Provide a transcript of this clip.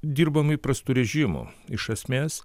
dirbam įprastu režimu iš esmės